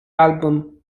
album